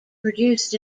produced